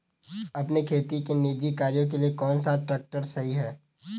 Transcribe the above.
अपने खेती के निजी कार्यों के लिए कौन सा ट्रैक्टर सही है?